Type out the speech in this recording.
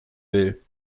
will